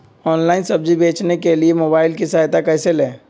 Online सब्जी बेचने के लिए मोबाईल की सहायता कैसे ले?